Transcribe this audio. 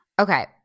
Okay